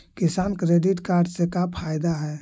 किसान credit card से का फायदा है?